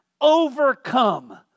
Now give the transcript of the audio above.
overcome